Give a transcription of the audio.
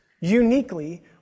uniquely